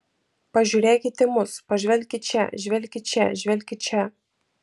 pažiūrėkit į mus pažvelkit čia žvelkit čia žvelkit čia